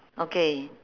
okay